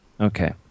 Okay